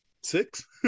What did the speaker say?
Six